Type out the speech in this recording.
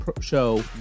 show